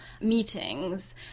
meetings